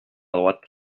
droite